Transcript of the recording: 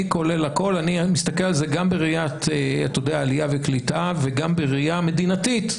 אני מסתכל על זה גם בראייה של עלייה וקליטה וגם בראייה מדינתית.